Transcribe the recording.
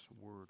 Word